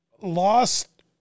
lost